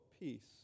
peace